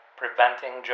preventing